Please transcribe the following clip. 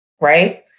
right